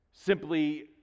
simply